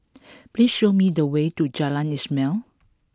please show me the way to Jalan Ismail